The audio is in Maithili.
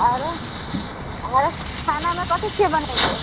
आरो आर खानामे कथी छियै बेनयले